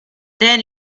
then